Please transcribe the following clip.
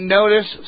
notice